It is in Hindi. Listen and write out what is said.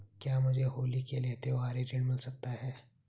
क्या मुझे होली के लिए त्यौहारी ऋण मिल सकता है?